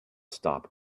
stop